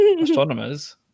Astronomers